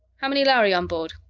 how many lhari on board?